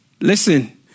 Listen